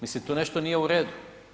Mislim tu nešto nije u redu.